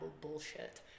bullshit